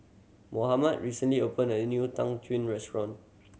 Mohamed recently opened a new tang restaurant